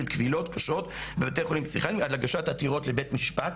כבילות קשות בבתי חולים פסיכיאטריים ועד להגשת עתירות לבתי משפט,